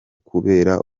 kubera